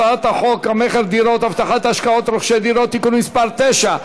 הצעת חוק המכר (דירות) (הבטחת השקעות של רוכשי דירות) (תיקון מס' 9),